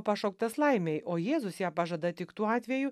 pašauktas laimei o jėzus ją pažada tik tuo atveju